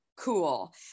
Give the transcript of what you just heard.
Cool